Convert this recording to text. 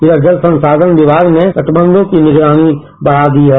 इधर जल संसाधन विमाग ने तटबंघों की निगरानी बढ़ा दी है